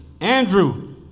Andrew